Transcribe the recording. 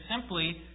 simply